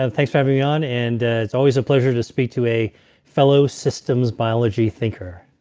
ah thanks for having me on. and ah it's always a pleasure to speak to a fellow systems biology thinker